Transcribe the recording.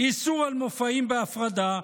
איסור מופעים בהפרדה,